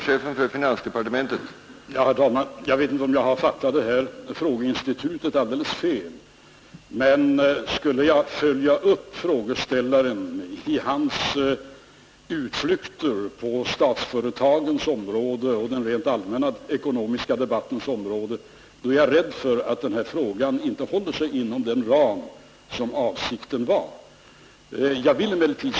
Herr talman! Jag vet inte om jag har fattat meningen med frågeinstitutet alldeles fel; skulle jag följa frågeställaren i hans utflykter på statsföretagens område och på den rent allmänna ekonomiska debattens område är jag rädd för att den här frågan inte håller sig inom den ram som man avsett för frågeinstitutet.